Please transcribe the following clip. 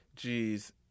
Jeez